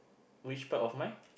which part of mine